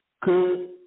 Que